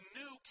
new